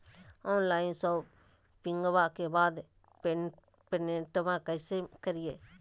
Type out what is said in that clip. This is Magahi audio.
ऑनलाइन शोपिंग्बा के बाद पेमेंटबा कैसे करीय?